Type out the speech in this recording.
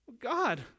God